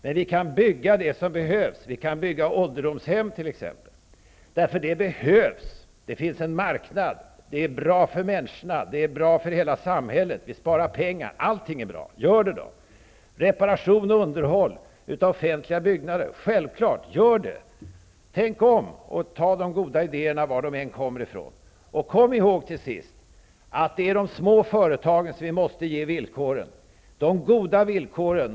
Men vi kan bygga det som behövs. Vi kan bygga t.ex. ålderdomshem, för de behövs. Det finns en marknad. De är bra för människorna och för hela samhället. Vi sparar pengar. Allting är bra, så gör det då! Reparationer och underhåll av offentliga byggnader? Självklart skall vi göra det. Tänk om och ta det goda idéerna, varifrån de än kommer. Kom ihåg att det är de små företagen som måste få de goda villkoren.